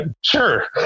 sure